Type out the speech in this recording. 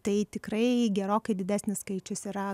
tai tikrai gerokai didesnis skaičius yra